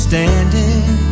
standing